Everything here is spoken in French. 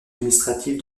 administrative